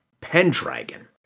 Pendragon